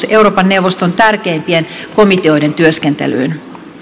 euroopan neuvoston tärkeimpien komiteoiden työskentelyyn